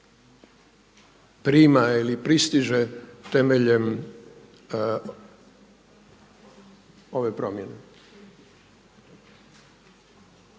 prima ili pristiže temeljem ove promjene.